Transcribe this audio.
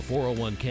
401K